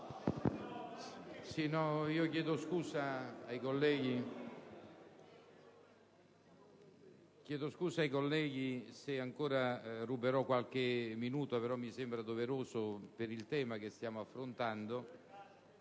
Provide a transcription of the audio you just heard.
Chiedo scusa ai colleghi se ruberò ancora qualche minuto, ma mi sembra doveroso per il tema che stiamo affrontando